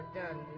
done